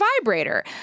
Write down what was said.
vibrator